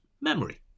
Memory